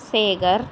Sekar